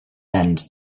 end